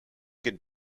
could